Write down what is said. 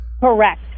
Correct